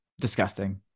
Disgusting